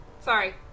Sorry